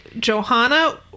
Johanna